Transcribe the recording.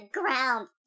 ground